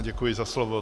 Děkuji za slovo.